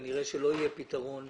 כנראה שלא יהיה פתרון.